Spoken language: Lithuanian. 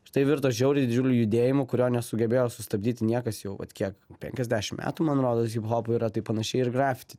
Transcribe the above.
ir tai virto žiauriai didžiuliu judėjimu kurio nesugebėjo sustabdyti niekas jau vat kiek penkiasdešim metų man rodos hiphopui yra tai panašiai ir grafiti